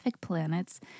planets